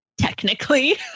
technically